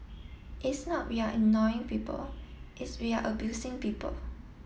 it's not we're ignoring people it's we are abusing people